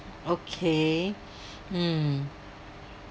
okay mm